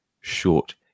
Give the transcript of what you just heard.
short